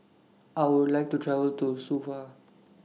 I Would like to travel to Suva